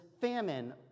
famine